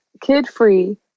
kid-free